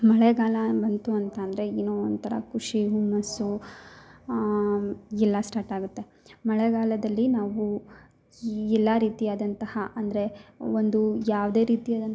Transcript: ಮಳೆಗಾಲ ಬಂತು ಅಂತ ಅಂದರೆ ಏನೋ ಒಂಥರ ಖುಷಿ ಹುಮ್ಮಸ್ಸು ಎಲ್ಲ ಸ್ಟಾರ್ಟ್ ಆಗುತ್ತೆ ಮಳೆಗಾಲದಲ್ಲಿ ನಾವೂ ಈ ಎಲ್ಲ ರೀತಿಯಾದಂತಹ ಅಂದರೆ ಒಂದು ಯಾವುದೇ ರೀತಿಯಾದ